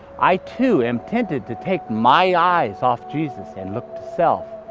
i too am tempted to take my eyes off jesus and look to self.